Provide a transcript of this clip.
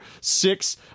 Six